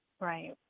Right